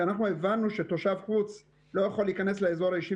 שאנחנו הבנו שתושב חוץ לא יכול להיכנס לאזור האישי